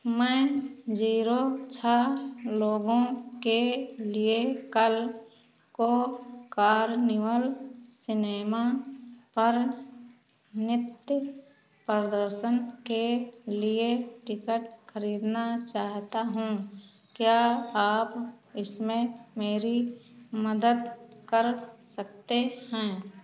मैं ज़ीरो छः लोगों के लिए कल को कार्निवल सिनेमा पर नृत्य प्रदर्शन के लिए टिकट खरीदना चाहता हूँ क्या आप इसमें मेरी मदद कर सकते हैं